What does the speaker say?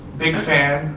big fan.